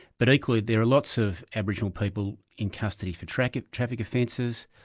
but equally there are lots of aboriginal people in custody for traffic traffic offences,